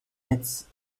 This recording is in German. netz